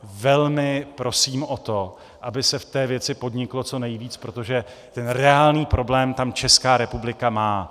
Velmi prosím o to, aby se v té věci podniklo co nejvíc, protože ten reálný problém tam Česká republika má.